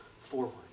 forward